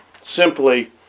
simply